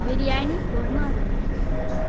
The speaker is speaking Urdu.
بریانی کورمہ روٹی